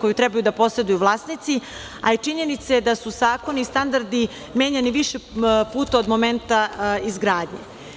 koju treba da poseduju vlasnici, a i činjenica je da su zakoni, standardi menjani više puta od momenta izgradnje.